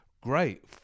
Great